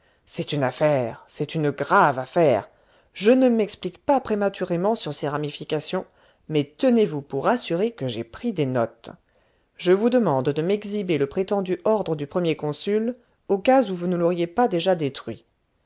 c'est une affaire c'est une grave affaire je ne m'explique pas prématurément sur ses ramifications mais tenez-vous pour assuré que j'ai pris des notes je vous demande de m'exhiber le prétendu ordre du premier consul au cas où vous ne l'auriez pas déjà détruit